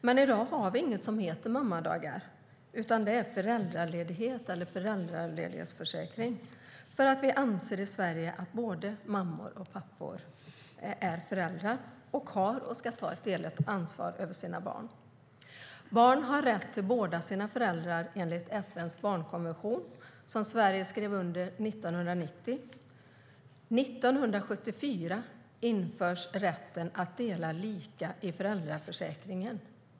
Men i dag har vi inget som heter mammadagar, utan vi har föräldraledighet och föräldraförsäkring för att vi i Sverige anser att både mammor och pappor är föräldrar och har och ska ta ett delat ansvar för sina barn. Barn har rätt till båda sina föräldrar enligt FN:s barnkonvention som Sverige skrev under 1990. År 1974 infördes rätten att dela lika i föräldraförsäkringen.